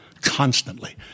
constantly